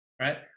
right